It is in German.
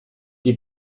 die